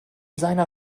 seiner